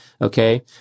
okay